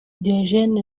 diogene